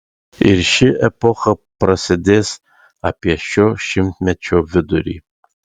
ir ši epocha prasidės apie šio šimtmečio vidurį